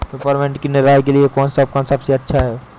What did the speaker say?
Peppermint की निराई के लिए कौन सा उपकरण सबसे अच्छा है?